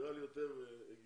נראה לי יותר הגיוני